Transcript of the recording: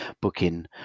booking